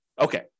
okay